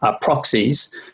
proxies